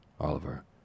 Oliver